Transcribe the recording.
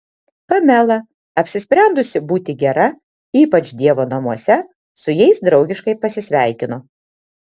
pamela apsisprendusi būti gera ypač dievo namuose su jais draugiškai pasisveikino